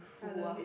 I love it